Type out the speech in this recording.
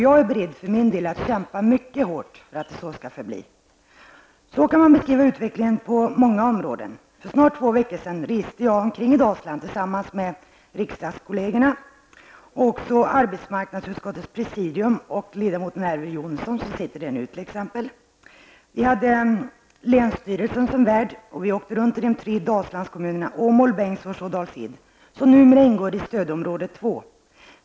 Jag är beredd för min del att kämpa mycket hårt för att det så skall förbli. Så kan man beskriva utvecklingen på många områden. För snart två veckor sedan reste jag omkring i Dalsland tillsammans med riksdagskolleger, bl.a. arbetsmarknadsutskottets presidium, i vilket ingår Elver Jonsson, som också har begärt ordet i den här debatten. Vi hade länsstyrelsen som värd, och vi åkte runt i de tre Dals-Ed som numera ingår i stödområde 2.